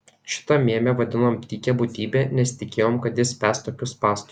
šitą mėmę vadinom tykia būtybe nesitikėjom kad jis spęs tokius spąstus